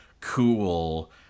cool